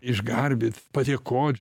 išgarbit padėkot